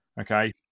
okay